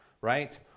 right